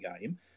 game